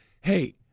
hey